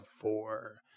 four